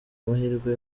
amahirwe